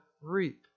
reap